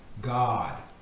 God